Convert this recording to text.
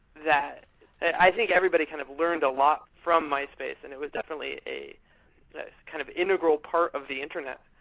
that i think everybody kind of learned a lot from myspace, and it was definitely a kind of integral part of the internet,